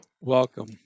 Welcome